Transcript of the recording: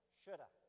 shoulda